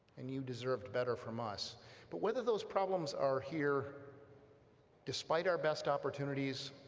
and you deserved better from us but whether those problems are here despite our best opportunities,